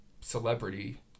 celebrity